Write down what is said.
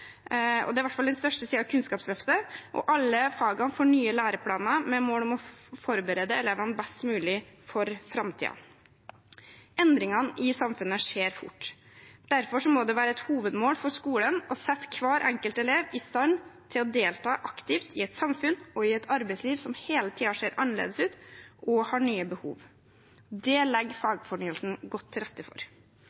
det er i hvert fall den største siden Kunnskapsløftet, og alle fagene får nye læreplaner med mål om å forberede elevene best mulig for framtiden. Endringene i samfunnet skjer fort. Derfor må det være et hovedmål for skolen å sette hver enkelt elev i stand til å delta aktivt i et samfunn og i et arbeidsliv som hele tiden ser annerledes ut og har nye behov. Det legger